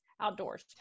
outdoors